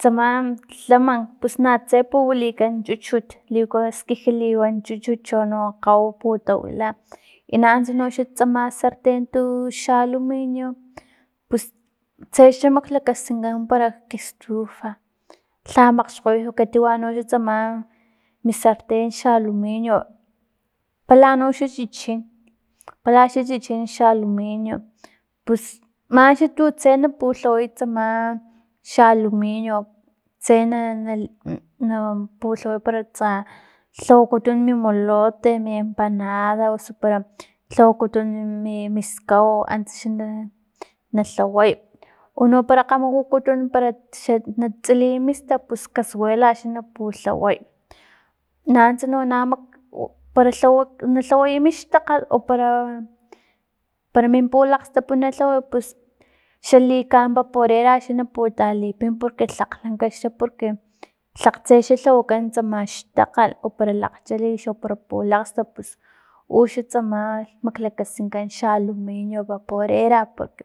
Tsama tlamank pus natse puwilikan chuchut liku skiji liwan chuchut chono kgawiw putawila i nanuntsa noxa tsama sarten tux xa aluminio, pus tsexa maklakaskinka para kestufa lha makgxkgoyut katiwa noxa tsama mi sarten xa aluminio, pala noxan chichin para xan chichin xa aluminio pus man tuntse pulhaway tsama xa aluminio tse na- na pulhaway para tsa lhawakutun mi molote, mi empanada osu para lhawakutun, mi miskawau antsa xa na nalhaway uno para kgama wakutuna para na tsiliy mistap casuela xa na pulhaway nanuntsa na- nak para lhawa na lhawaya mixtakgal o para- para min pulakgstap na lhaway pus xa likan vaporera, xa na putalipin porque tlak lanka xa porque tlakgtse xa lhawakan tsama xtakgal para lakgchalix o para pulakgstap uxan tsama maklakaskinkan xa aliminio vaporera porque